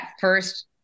first